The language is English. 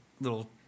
little